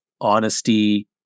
honesty